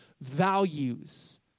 values